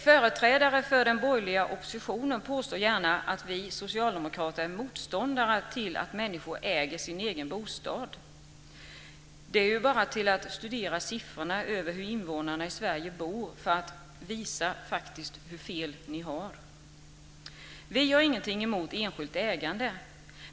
Företrädare för den borgerliga oppositionen påstår gärna att vi socialdemokrater är motståndare till att människor äger sin egen bostad. Det räcker med att bara studera siffrorna över hur invånarna i Sverige bor för att visa hur fel ni har. Vi har ingenting emot enskilt ägande.